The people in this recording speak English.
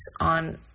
on